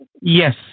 Yes